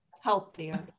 healthier